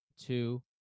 two